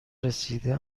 رسیده